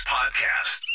Podcast